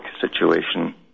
situation